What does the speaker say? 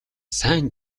сайн